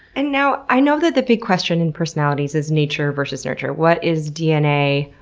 and now, i know that the big question in personalities is nature versus nurture. what is dna,